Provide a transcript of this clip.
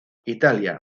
italia